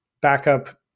backup